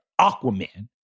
Aquaman